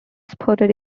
supported